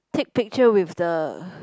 take picture with the